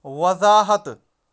وضاحتہٕ